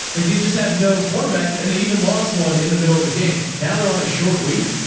like they just have no quarterbacks and they even lost one in the middle of the game. now they're on a short week.